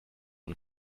von